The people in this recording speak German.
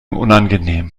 unangenehm